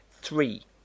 three